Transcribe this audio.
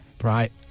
right